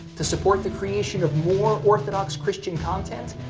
to support the creation of more orthodox christian content,